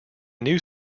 new